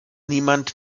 niemand